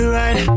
right